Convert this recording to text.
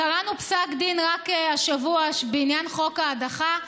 קראנו פסק דין רק השבוע בעניין חוק ההדחה,